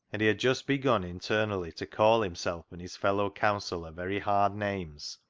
and he had just begun internally to call himself and his fel low-counsellor very hard names,